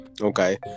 Okay